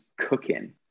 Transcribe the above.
cooking